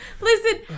Listen